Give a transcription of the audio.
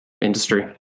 industry